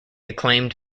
acclaimed